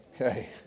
Okay